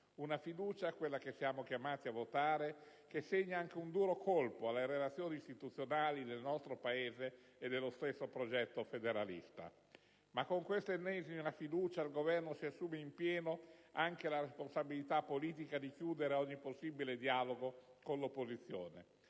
Una fiducia, quella che siamo chiamati a votare, che segna anche un duro colpo alle relazioni istituzionali nel nostro Paese e allo stesso progetto federalista. Ma con questa ennesima fiducia il Governo si assume in pieno anche la responsabilità politica di chiudere ogni possibile dialogo con l'opposizione.